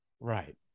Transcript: Right